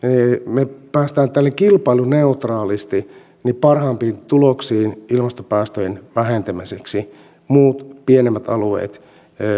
me pääsemme kilpailuneutraalisti parhaimpiin tuloksiin ilmastopäästöjen vähentämiseksi muut pienemmät alueet